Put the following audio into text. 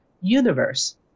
universe